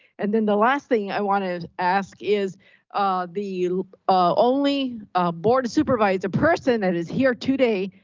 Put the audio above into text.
and then the last thing i want to ask is the only board of supervisors person that is here today,